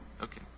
Okay